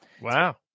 Wow